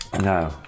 No